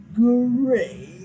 Great